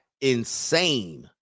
insane